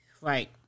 Right